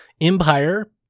Empire